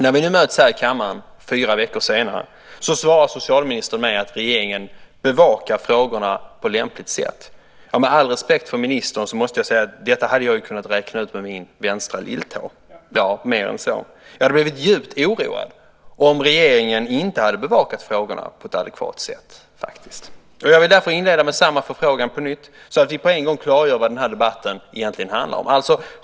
När vi nu möts här i kammaren fyra veckor senare svarar socialministern att regeringen bevakar frågorna på lämpligt sätt. Med all respekt för ministern måste jag säga att detta hade jag kunnat räkna ut med min vänstra lilltå - ja, mer än så. Jag hade faktiskt blivit djupt oroad om regeringen inte hade bevakat frågorna på ett adekvat sätt. Jag vill därför inleda med samma förfrågan på nytt så att vi på en gång klargör vad den här debatten handlar om.